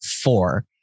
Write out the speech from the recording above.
four